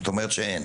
זאת אומרת שאין.